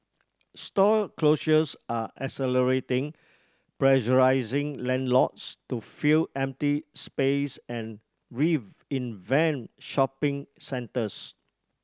store closures are accelerating pressuring landlords to fill empty space and reinvent shopping centres